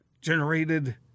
generated